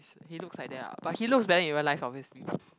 he is he looks like that lah but he looks very in real life obviously